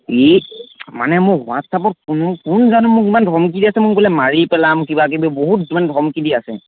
এই মানে মোৰ হোৱাটছআপত কোনো কোন জানো মোক ইমান ধমকি দি আছে মোক বোলে মাৰি পেলাম কিবাকিবি বহুত ইমান ধমকি দি আছে